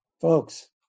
Folks